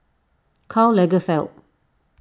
Karl Lagerfeld